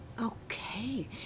okay